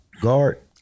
Guard